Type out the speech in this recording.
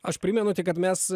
aš primenu tik kad mes